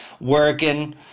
working